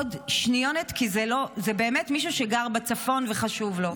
עוד שניונת, כי זה באמת מישהו שגר בצפון וחשוב לו.